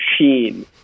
machine